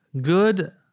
good